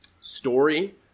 story